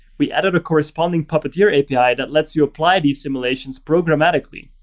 we added a corresponding puppeteer api that lets you apply these simulations programmatically.